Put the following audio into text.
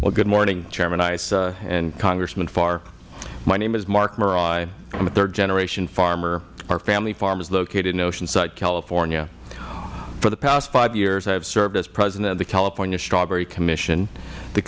well good morning chairman issa and congressman farr my name is mark murai i am a third generation farmer our family farm is located in oceanside california for the past five years i have served as president of the california strawberry commission the